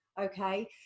Okay